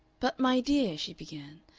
but, my dear, she began,